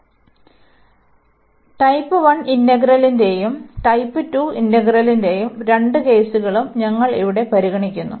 അതിനാൽ ടൈപ്പ് 1 ഇന്റഗ്രലിന്റെയും ടൈപ്പ് 2 ഇന്റഗ്രലിന്റെയും രണ്ട് കേസുകളും ഇവിടെ ഞങ്ങൾ പരിഗണിക്കുന്നു